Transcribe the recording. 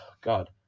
God